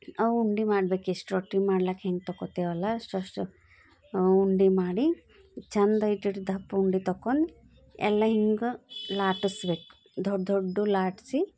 ಅವು ಉಂಡಿ ಮಾಡ್ಬೇಕು ಎಷ್ಟು ರೊಟ್ಟಿ ಮಾಡ್ಲಿಕ್ಕೆ ಹೆಂಗೆ ತಗೋತೀವಲ್ಲ ಅಷ್ಟಷ್ಟು ಉಂಡಿ ಮಾಡಿ ಚೆಂದ ಇಷ್ಟಿಷ್ಟು ದಪ್ಪ ಉಂಡಿ ತಗೊಂಡು ಎಲ್ಲ ಹಿಂಗೆ ಲಟ್ಟಿಸ್ಬೇಕು ದೊಡ್ಡ ದೊಡ್ಡವು ಲಟ್ಟಿಸಿ